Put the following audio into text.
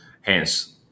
Hence